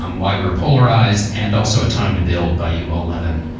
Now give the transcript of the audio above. um why we're polarized and also a time to build by yuval levin,